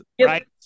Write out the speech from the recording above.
right